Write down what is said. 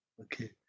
Okay